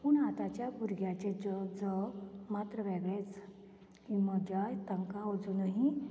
पूण आतांच्या भुरग्याचें जग जग मात्र वेगळेंच ही मजा तांकां अजुनही